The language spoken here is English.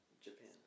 Japan